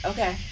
Okay